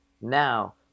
Now